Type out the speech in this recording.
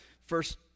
first